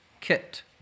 Kit